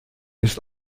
ist